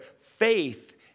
faith